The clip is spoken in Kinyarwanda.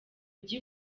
ujya